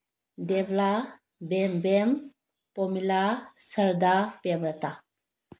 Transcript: ꯗꯦꯕꯂꯥ ꯕꯦꯝꯕꯦꯝ ꯄꯣꯃꯤꯂꯥ ꯁꯔꯗꯥ ꯄ꯭ꯔꯦꯝꯂꯇꯥ